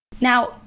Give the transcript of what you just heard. Now